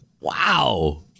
Wow